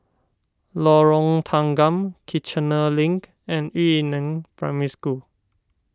Lorong Tanggam Kiichener Link and Yu Neng Primary School